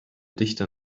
dichter